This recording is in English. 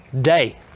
day